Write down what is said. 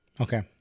Okay